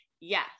yes